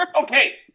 Okay